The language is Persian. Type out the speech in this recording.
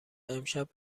امشب